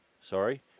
Sorry